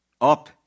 up